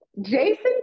Jason